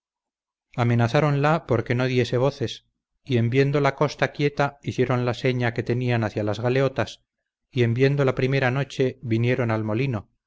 demás gentes amenazaronla porque no diese voces y en viendo la costa quieta hicieron la seña que tenían hacia las galeotas y en viendo la primera noche vinieron al molino